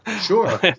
sure